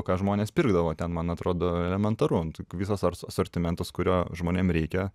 ką žmonės pirkdavo ten man atrodo elementaru visas asortimentas kurio žmonėm reikia